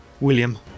William